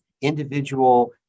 individual